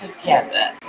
together